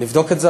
נבדוק את זה,